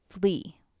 flee